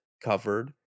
covered